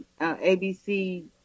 ABC